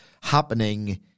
happening